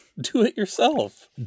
do-it-yourself